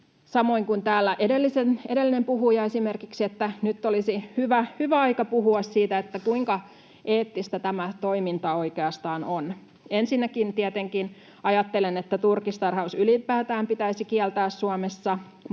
samoin kuin täällä edellinen puhuja esimerkiksi, että nyt olisi hyvä aika puhua siitä, kuinka eettistä tämä toiminta oikeastaan on. Ensinnäkin tietenkin ajattelen, että turkistarhaus ylipäätään pitäisi kieltää Suomessa,